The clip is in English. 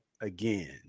again